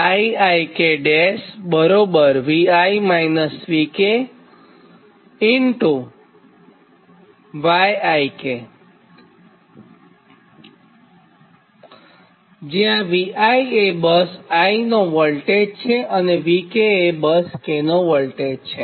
જ્યાં Vi એ bus i નો વોલ્ટેજ છે અને Vk એ બસ k નો વોલ્ટેજ છે